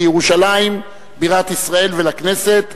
לירושלים בירת ישראל ולכנסת,